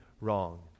wrong